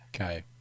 Okay